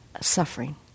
suffering